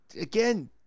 again